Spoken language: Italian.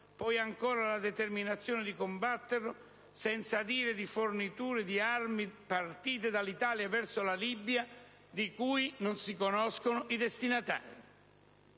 poi ancora la determinazione di combatterlo, senza dire di forniture di armi partite dall'Italia verso la Libia, di cui non si conoscono i destinatari.